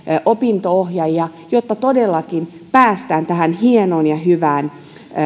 opinto ohjaajia jotta todellakin päästään tähän hienoon ja hyvään